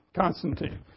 Constantine